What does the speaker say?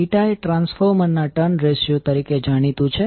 n એ transformer ના turn ratio તરીકે જાણીતું છે